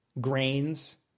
grains